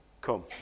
come